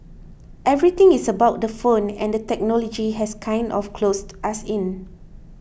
everything is about the phone and the technology has kind of closed us in